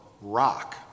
Rock